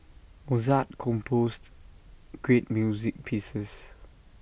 Mozart composed great music pieces